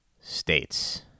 states